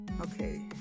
Okay